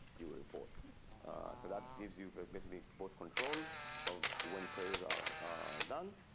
you report so that gives you but basically both control of when queries are done.